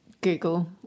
Google